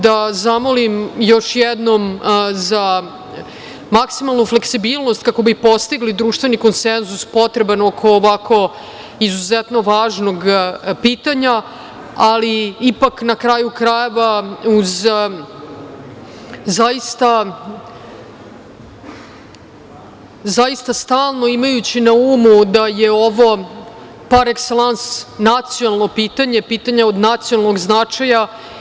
Da zamolim još jednom za maksimalnu fleksibilnost kako bi postigli društveni konsenzus potreban oko ovako izuzetno važnog pitanja, ali ipak na kraju krajeva uz zaista stalno imajući na umu da je ovo parekselans nacionalno pitanje, pitanje od nacionalnog značaja.